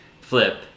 flip